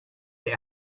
that